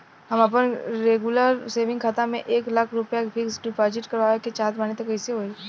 हम आपन regular saving खाता से एक लाख रुपया फिक्स डिपॉज़िट करवावे के चाहत बानी त कैसे होई?